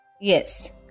Yes